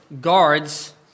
guards